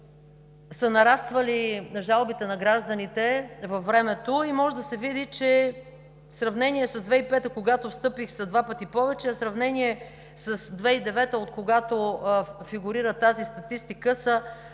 са нараствали жалбите на гражданите във времето и може да се види, че в сравнение с 2005 г., когато встъпих, са два пъти повече, а в сравнение с 2009 г., откогато фигурира тази статистика, са шест